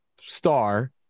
star